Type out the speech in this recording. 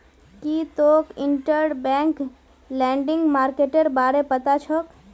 की तोक interbank lending मार्केटेर बारे पता छोक